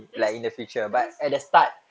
tapi tapi